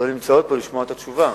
לא נמצאות פה לשמוע את התשובה.